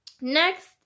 next